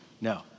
No